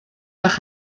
nach